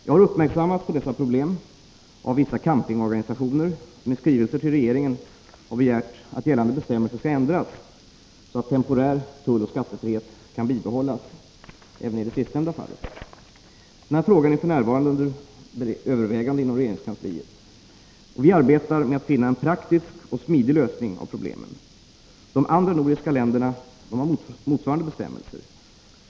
Jag har uppmärksammats på dessa problem av vissa campingorganisationer som i skrivelser till regeringen begärt att gällande bestämmelser ändras så att temporär tulloch skattefrihet kan bibehållas även i sistnämnda fall. Frågan är f. n. under övervägande inom regeringskansliet. Vi arbetar med att finna en praktisk och smidig lösning av problemen. De andra nordiska länderna har motsvarande bestämmelser.